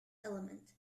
element